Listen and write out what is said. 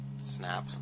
snap